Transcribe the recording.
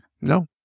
No